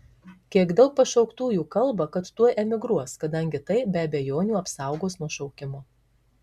kiek daug pašauktųjų kalba kad tuoj emigruos kadangi tai be abejonių apsaugos nuo šaukimo